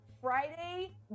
Friday